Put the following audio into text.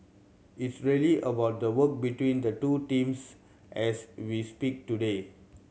it's really about the work between the two teams as we speak today